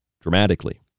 dramatically